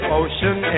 ocean